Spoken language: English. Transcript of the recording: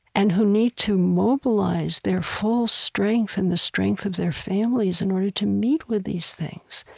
and who need to mobilize their full strength and the strength of their families in order to meet with these things,